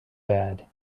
bad